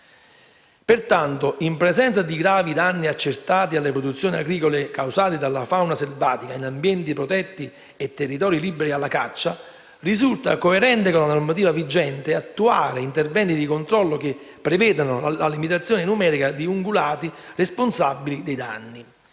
Pertanto, in presenza di gravi danni accertati alle produzioni agricole causati dalla fauna selvatica in ambienti protetti e territori liberi alla caccia, risulta coerente con la normativa vigente attuare interventi di controllo che prevedono la limitazione numerica di ungulati responsabili dei danni.